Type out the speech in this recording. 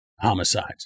homicides